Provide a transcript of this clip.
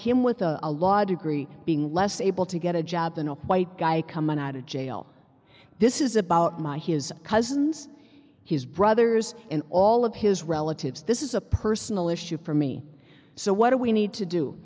him with a law degree being less able to get a job than a white guy coming out of jail this is about my his cousins his brothers and all of his relatives this is a personal issue for me so what do we need to do